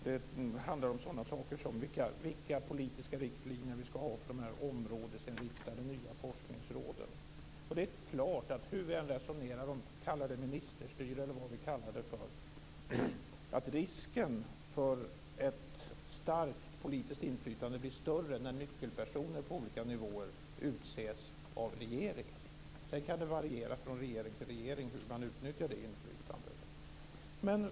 Det handlar om sådana saker som vilka politiska riktlinjer vi ska ha för de här områdesinriktade nya forskningsråden. Hur vi än resonerar, om vi kallar det ministerstyre eller något annat, blir risken för ett starkt politiskt inflytande större när nyckelpersoner på olika nivåer utses av regeringen. Sedan kan de variera från regering till regering hur man utnyttjar det inflytandet.